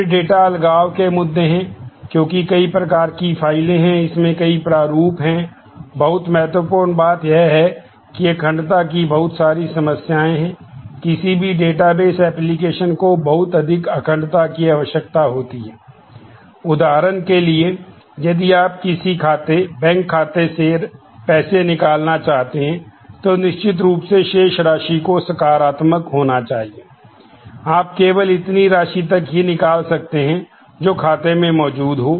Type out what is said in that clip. फिर data application को बहुत अधिक अखंडता की आवश्यकता होती है उदाहरण के लिए यदि आप किसी खाते बैंक खाते से पैसे निकालना चाहते हैं तो निश्चित रूप से शेष राशि को सकारात्मक होना चाहिए आप केवल इतनी राशि तक ही निकाल सकते हैं जो खाते में मौजूद है